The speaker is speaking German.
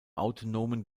autonomen